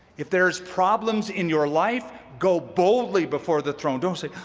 if there's problems in your life, go boldly before the throne. don't say,